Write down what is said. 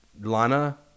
Lana